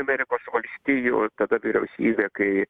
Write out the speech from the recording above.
amerikos valstijų tada vyriausybė kai